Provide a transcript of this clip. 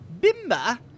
Bimba